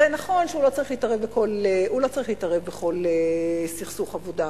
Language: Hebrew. הרי נכון שהוא לא צריך להתערב בכל סכסוך עבודה,